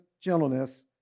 gentleness